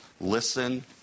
Listen